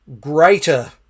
greater